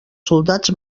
soldats